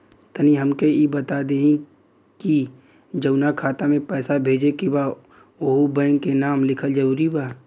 तनि हमके ई बता देही की जऊना खाता मे पैसा भेजे के बा ओहुँ बैंक के नाम लिखल जरूरी बा?